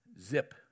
zip